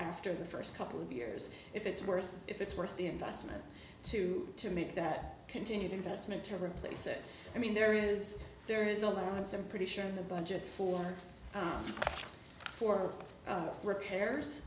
after the first couple of years if it's worth if it's worth the investment to to make that continued investment to replace it i mean there is there is a loan it's a pretty sure in the budget for for repairs